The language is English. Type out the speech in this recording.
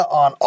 on